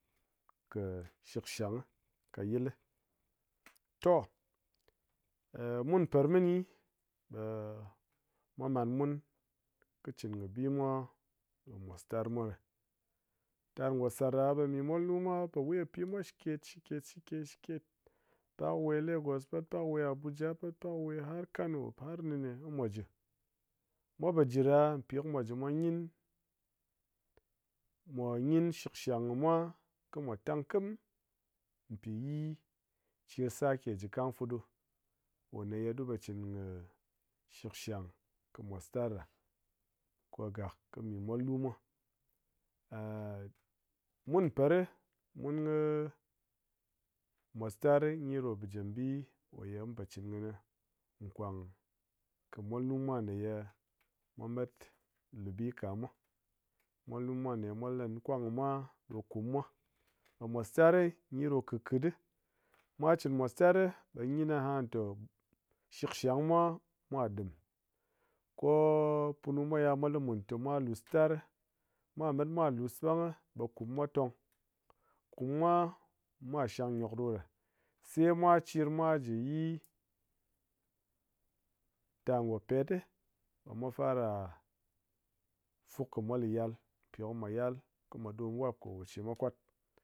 Kɨ shikshang ka yil li. To mun par mini, mwa man mun kɨ chin kɨ bi mwa ɗo mwos tar mwa ɗi, tar ngo sar ɗa ɓe mi mwalnumwa po we kɨ pi mwa shiket shiket shiket shiket pak we lagos bet, pak we abuja pet, pak we har kano har nine kɨ mwa ji, mwa po ji ɗa pi kɨ mwa gyin shikshand kɨ mwa kɨmwa tang khim pi yii cir sake ji kang fuɗu ko ma ye ɗu po ji chin shikshang kɨ mwos tar ɗa ko gak kɨ mi mwalɗu mwa. mun par ri mun kɨ-kɨ mwos tar gyi ɗo bijim bii ko yo mun po chin kɨni kwang kɨ mwa nu mwa ma ye mwa mat lu bi ka mwa, mwal nu mwa ko ma ye mwa la mi kwang mwa ɗo kuum mwa ɓe mwos tar ri gyi ɗo khit khit ɗi, mwa chin mwostar ɓe gyin aha te shikshang mwa mwa ɗim ko-o punu mwa ya mwa li mun aha te mwa lus tar ri, ko mwa mat mwa lus ɓa ngyi ɓe kuum mwa tong, kuum mwa mwa shang gyok ɗo ɗa sai mwa dim mwa ji yii tar ngo pet ɗi ɓe mwa fara fuk kɨ mwal yal pi mwa yal kɨ mwa ɗom wap kɨ koche mwa kwat